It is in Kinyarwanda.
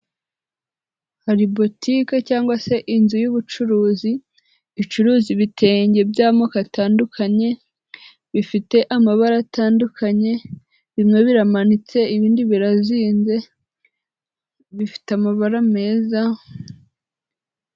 Hari butike cyangwa se inzu y'ubucuruzi icuruza ibitenge by'amoko atandukanye, bifite amabara atandukanye, bimwe biramanitse ibindi birazinze, bifite amabara meza.